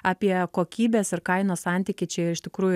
apie kokybės ir kainos santykį čia iš tikrųjų